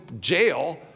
jail